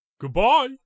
Goodbye